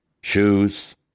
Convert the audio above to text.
shoes